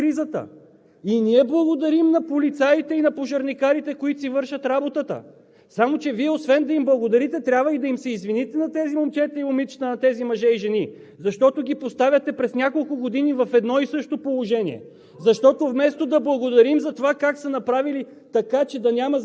Значи идва МВР и ми обяснява за реакцията след кризата – и ние благодарим на полицаите и пожарникарите, които си вършат работата. Само че Вие освен да им благодарите, трябва и да им се извините на тези момчета и момичета, на тези мъже и жени, защото ги поставяте през няколко години в едно и също положение.